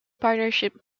partnership